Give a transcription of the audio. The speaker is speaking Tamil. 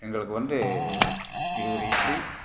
எங்களுக்கு வந்து இருபது இட்லி